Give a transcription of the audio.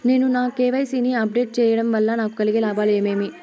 నేను నా కె.వై.సి ని అప్ డేట్ సేయడం వల్ల నాకు కలిగే లాభాలు ఏమేమీ?